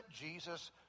Jesus